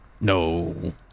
No